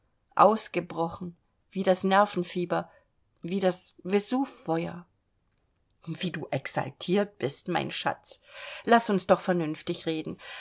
ausgebrochen wie das nervenfieber wie das vesuvfeuer wie du exaltiert bist mein schatz laß uns doch vernünftig reden